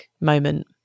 moment